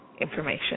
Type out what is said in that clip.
information